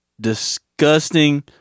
Disgusting